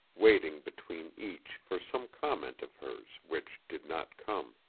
waiting between each for some comment of hers which did not come.